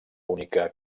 única